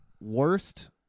worst